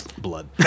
blood